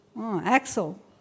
Axel